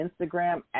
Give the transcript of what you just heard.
Instagram